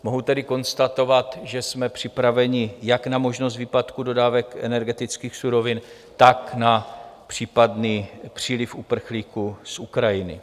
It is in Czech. Mohu tedy konstatovat, že jsme připraveni jak na možnost výpadku dodávek energetických surovin, tak na případný příliv uprchlíků z Ukrajiny.